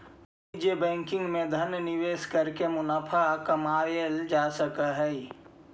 वाणिज्यिक बैंकिंग में धन निवेश करके मुनाफा कमाएल जा सकऽ हइ